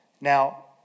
Now